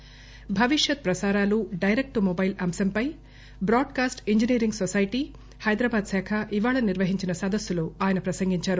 భవిష్యత్ ప్రసారాలు direct to mobile అంశంపై ట్రాడ్కాస్ట్ ఇంజనీరింగ్ సొసైటీ హైదరాబాద్ శాఖ ఇవాళ నిర్వహించిన సదస్సులో ఆయన ప్రసంగించారు